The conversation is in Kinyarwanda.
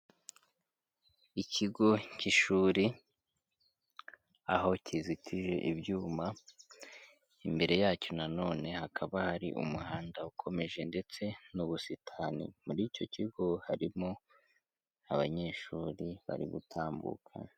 Ikigo cy'ishuri aho kizitije ibyuma, imbere yacyo na none hakaba hari umuhanda ukomeje ndetse n'ubusitani, muri icyo kigo harimo abanyeshuri bari gutambuka.